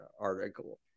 article